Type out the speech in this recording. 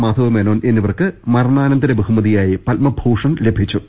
മാധവമേനോൻ എന്നിവർക്ക് മരണാനന്തര ബഹുമതിയായി പത്മഭൂഷൺ ലഭിച്ചു